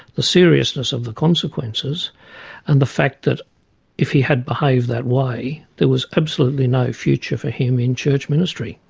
the seriousness of the consequences and the fact that if he had behaved that way there was absolutely no future for him in church ministry.